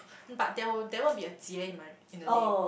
but there will there won't be a Jie in my in the name